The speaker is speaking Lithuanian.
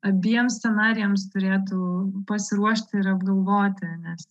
abiem scenarijams turėtų pasiruošti ir apgalvoti nes